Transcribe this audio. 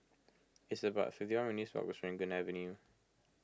it's about fifty one minutes' walk to Serangoon Avenue